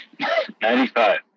95